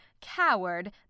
coward